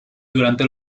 durante